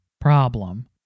problem